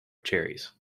cherries